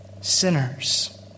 sinners